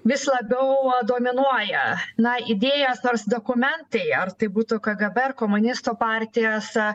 vis labiau dominuoja na idėjas nors dokumentai ar tai būtų kgb ar komunistų partijos